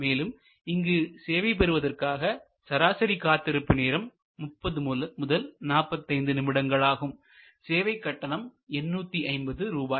மேலும் இங்கு சேவை பெறுவதற்கான சராசரி காத்திருப்பு நேரம் 30 முதல் 45 நிமிடங்களாகும் சேவை கட்டணம் 850 ரூபாய்